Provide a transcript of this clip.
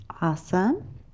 Awesome